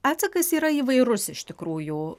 atsakas yra įvairus iš tikrųjų